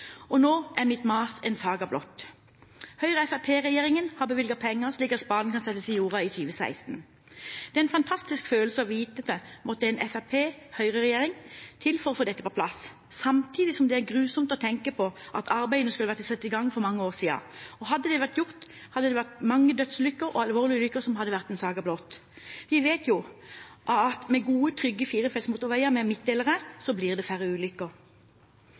Nå er mitt mas en saga blott. Høyre–Fremskrittsparti-regjeringen har bevilget penger, slik at spaden kan settes i jorda i 2016. Det er en fantastisk følelse å vite at det måtte en Høyre– Fremskrittsparti-regjering til for å få dette på plass, samtidig som det er grusomt å tenke på at arbeidet skulle vært satt i gang for mange år siden. Hadde det vært gjort, hadde det vært mange dødsulykker og alvorlige ulykker som kunne vært unngått. Vi vet jo at med gode, trygge firefelts motorveier med midtdelere blir det færre ulykker.